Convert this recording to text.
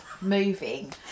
moving